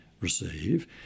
receive